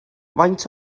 faint